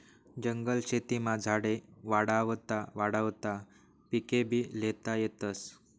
जंगल शेतीमा झाडे वाढावता वाढावता पिकेभी ल्हेता येतस